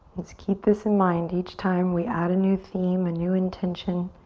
let's keep this in mind each time. we add a new theme a new intention